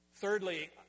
Thirdly